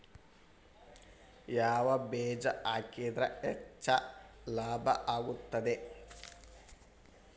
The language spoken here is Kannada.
ಯಾವ ಬೇಜ ಹಾಕಿದ್ರ ಹೆಚ್ಚ ಲಾಭ ಆಗುತ್ತದೆ?